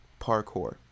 parkour